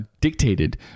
dictated